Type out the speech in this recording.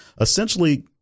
essentially